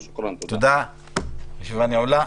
הישיבה נעולה.